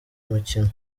umukino